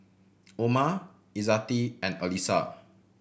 Umar Izzati and Alyssa